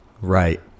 right